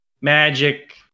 magic